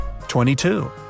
22